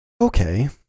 Okay